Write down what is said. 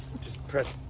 just press